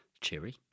Cheery